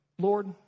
Lord